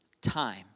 time